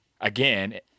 again